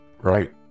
Right